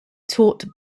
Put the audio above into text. taught